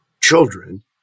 children